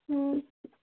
ꯎꯝ